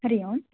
हरिः ओम्